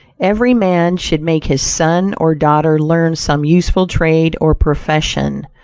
every man should make his son or daughter learn some useful trade or profession,